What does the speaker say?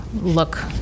look